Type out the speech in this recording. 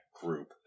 group